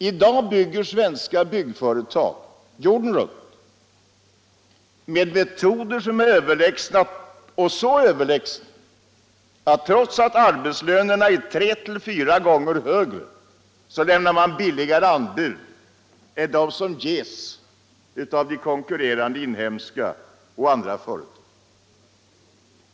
I dag bygger svenska byggföretag jorden runt med metoder som är så överlägsna att trots att arbetslönen är tre till fyra gånger högre lämnar man lägre anbud än konkurrerande inhemska och andra företag.